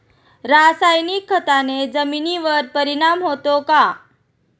रासायनिक खताने जमिनीवर परिणाम होतो का?